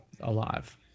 alive